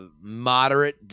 moderate